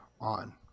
on